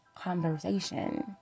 conversation